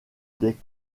des